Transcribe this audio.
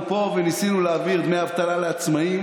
פה וניסינו להעביר דמי אבטלה לעצמאים,